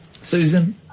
Susan